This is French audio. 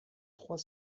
trois